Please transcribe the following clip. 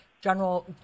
general